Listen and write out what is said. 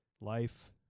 life